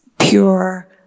pure